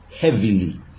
heavily